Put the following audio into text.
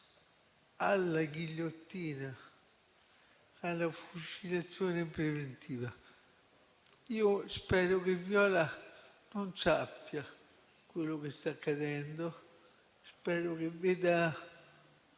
alla ghigliottina e alla fucilazione preventiva? Io spero che Viola non sappia quello che sta accadendo e spero che veda